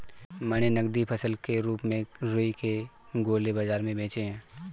मैंने नगदी फसल के रूप में रुई के गोले बाजार में बेचे हैं